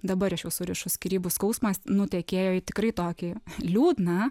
dabar aš jau surišu skyrybų skausmas nutekėjo į tikrai tokį liūdną